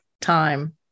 time